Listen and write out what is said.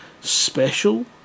special